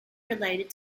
related